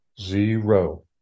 zero